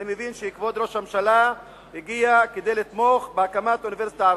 אני מבין שכבוד ראש הממשלה הגיע כדי לתמוך בהקמת אוניברסיטה ערבית,